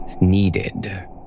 needed